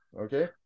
okay